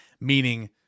meaning